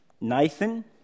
Nathan